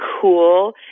cool